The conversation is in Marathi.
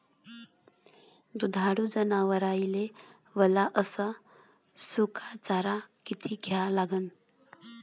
दुधाळू जनावराइले वला अस सुका चारा किती द्या लागन?